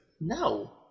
No